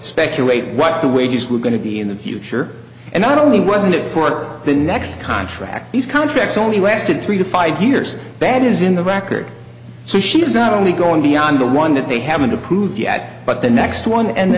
speculate what the wages were going to be in the future and not only wasn't it for the next contract these contracts only lasted three to five years bad is in the record so she is not only going beyond the one that they haven't approved yet but the next one and the